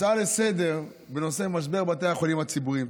הצעה לסדר-היום בנושא בתי החולים הציבוריים,